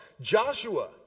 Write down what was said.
Joshua